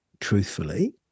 truthfully